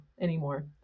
anymore